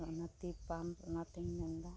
ᱚᱱᱟ ᱛᱤ ᱯᱟᱢᱯ ᱚᱱᱟᱛᱮᱧ ᱢᱮᱱᱫᱟ